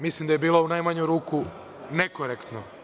Mislim da je bilo u najmanju ruku nekorektno.